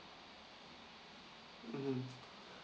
mmhmm